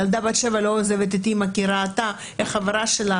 ילדה בת שבע לא עוזבת את האמא כי היא ראתה איך חברה שלה